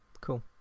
Cool